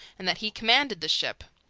and that he commanded the ship.